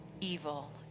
evil